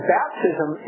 baptism